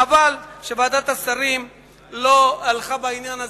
חבל שוועדת השרים לא תומכת בעניין הזה,